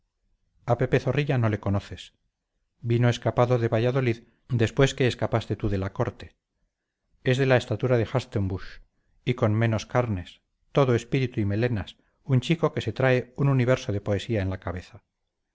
a pepe zorrilla no le conoces vino escapado de valladolid después que escapaste tú de la corte es de la estatura de hartzenbusch y con menos carnes todo espíritu y melenas un chico que se trae un universo de poesía en la cabeza